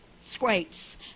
scrapes